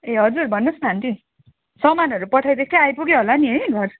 ए हजुर भन्नुहोस् न आन्टी सामानहरू पठाइदिएको थिएँ आइपुग्यो होला नि है घर